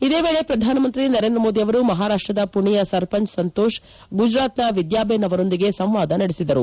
ಇದೇ ವೇಳೆ ಪ್ರಧಾನಮಂತ್ರಿ ನರೇಂದ್ರ ಮೋದಿ ಅವರು ಮಹಾರಾಷ್ಷದ ಪುಣೆಯ ಸರ್ಪಂಚ್ ಸಂತೋಷ್ ಗುಜರಾತ್ನ ವಿದ್ಲಾಬೆನ್ ಅವರೊಂದಿಗೆ ಸಂವಾದ ನಡೆಸಿದರು